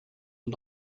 und